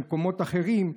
במקומות אחרים,